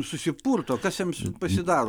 susipurto kas jiems pasidaro